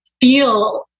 feel